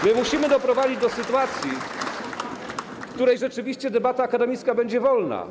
Musimy doprowadzić do sytuacji, w której rzeczywiście debata akademicka będzie wolna.